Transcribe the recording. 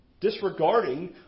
disregarding